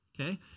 okay